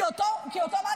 כי אותו מנדלבליט,